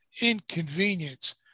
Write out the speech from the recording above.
inconvenience